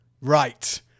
Right